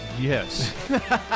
Yes